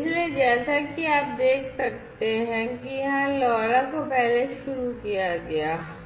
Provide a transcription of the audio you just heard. इसलिए जैसा कि आप देख सकते हैं कि यहां LoRa को पहले शुरू किया गया है